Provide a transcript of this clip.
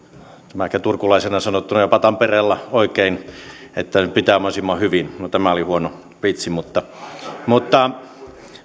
ehkä turkulaisena sanottuna jopa tampereella oikein niin että ne pitävät mahdollisimman hyvin no tämä oli huono vitsi mutta